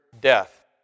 death